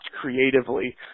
creatively